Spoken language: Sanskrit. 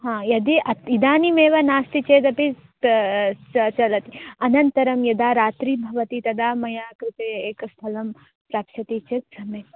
हा यदि अत् इदानीमेव नास्ति चेदपि चलति अनन्तरं यदा रात्रिः भवति तदा मया कृते एकस्थलं प्रक्षति चेत् सम्यक्